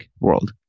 world